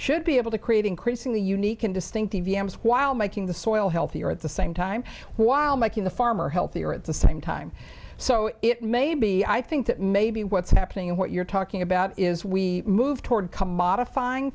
should be able to create increasingly unique and distinctive yams while making the soil healthier at the same time while making the farmer healthier at the same time so it may be i think that maybe what's happening and what you're talking about is we move toward commodifying